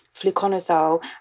fluconazole